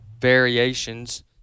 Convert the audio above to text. variations